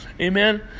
Amen